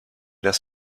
das